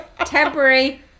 Temporary